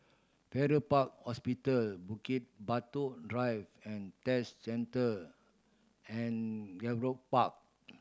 Farrer Park Hospital Bukit Batok Drive and Test Centre and Gallop Park